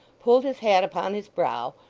pulled his hat upon his brow,